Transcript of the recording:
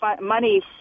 money